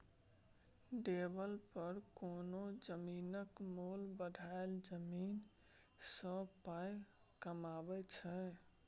developer कोनो जमीनक मोल बढ़ाए जमीन सँ पाइ कमाबै छै